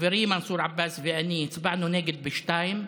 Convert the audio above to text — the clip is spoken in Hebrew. חברי מנסור עבאס ואני הצבענו נגד בשנייה,